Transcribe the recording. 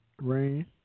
Rain